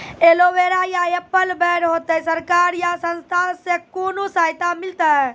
Aloe vera या apple बैर होते? सरकार या संस्था से कोनो सहायता मिलते?